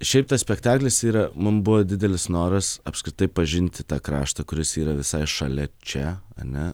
šiaip tas spektaklis yra mum buvo didelis noras apskritai pažinti tą kraštą kuris yra visai šalia čia ane